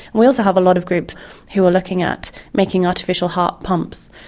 we also have a lot of groups who are looking at making artificial heart pumps,